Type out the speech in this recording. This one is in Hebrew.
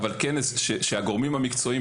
אבל כנס שהגורמים המקצועיים,